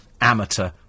Amateur